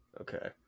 okay